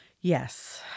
Yes